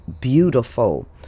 beautiful